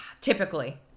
typically